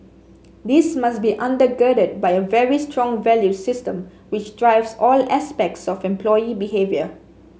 this must be under girded by a very strong values system which drives all aspects of employee behaviour